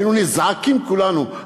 היינו נזעקים כולנו,